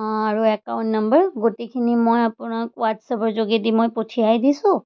অঁ আৰু account number গোটেইখিনি মই আপোনাক হোৱাটছএপৰ যোগেদি মই পঠিয়াই দিছোঁ